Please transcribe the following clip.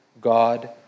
God